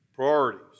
Priorities